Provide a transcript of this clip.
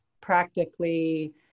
practically